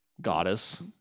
Goddess